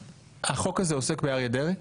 החוק הזה עוסק באריה דרעי?